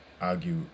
argue